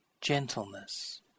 Gentleness